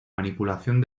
manipulación